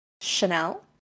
Chanel